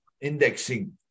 indexing